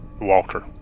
Walter